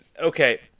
Okay